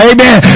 Amen